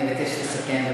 אני אבקש לסכם.